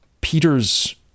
Peter's